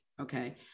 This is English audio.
okay